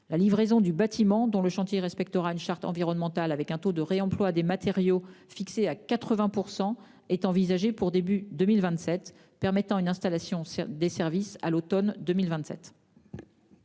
La livraison du bâtiment, dont le chantier respectera une charte environnementale et un taux de réemploi des matériaux fixé à 80 %, est envisagée pour le début de l'année 2027, ce qui permettra une installation des services à l'automne 2027.